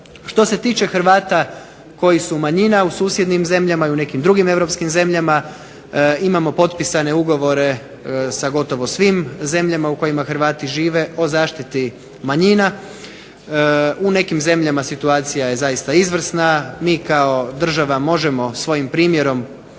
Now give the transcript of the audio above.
Što se tiče Hrvata koji su manjina u susjednim zemljama i u nekim drugim europskim zemljama, imamo potpisane ugovore sa gotovo svim zemljama u kojima Hrvati žive o zaštiti manjina, u nekim zemljama situacijama je zaista izvrsna, mi kao država možemo svojim primjerom